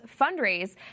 fundraise